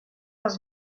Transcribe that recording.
dans